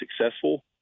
successful